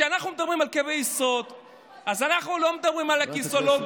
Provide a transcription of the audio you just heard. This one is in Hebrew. כשאנחנו מדברים על קווי יסוד אז אנחנו לא מדברים על הכיסאולוגיה,